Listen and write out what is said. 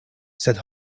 sed